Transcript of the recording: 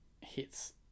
hits